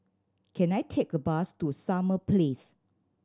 can I take a bus to Summer Place